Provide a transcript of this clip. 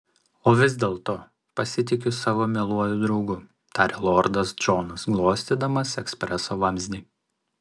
o vis dėlto pasitikiu savo mieluoju draugu tarė lordas džonas glostydamas ekspreso vamzdį